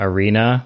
Arena